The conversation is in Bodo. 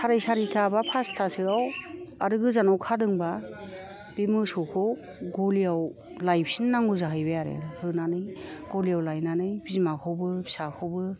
साराय सारिथा बा फासथासोयाव आरो गोजानाव खादोंबा बे मोसौखौ गलियाव लायफिननांगौ जाहैबाय आरो होनानै गलियाव लायनानै बिमाखौबो फिसाखौबो